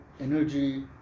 energy